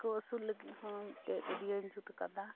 ᱦᱟᱹᱠᱩ ᱟᱹᱥᱩᱞ ᱞᱟᱹᱜᱤᱫ ᱦᱚᱸ ᱢᱤᱫᱴᱮᱡ ᱜᱟᱹᱰᱭᱟᱹᱧ ᱡᱩᱛ ᱟᱠᱟᱫᱟ